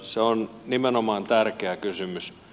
se on nimenomaan tärkeä kysymys